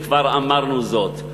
וכבר אמרנו זאת.